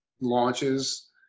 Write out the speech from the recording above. launches